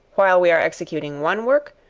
while we are executing one work,